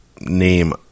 name